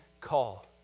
call